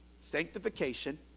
Sanctification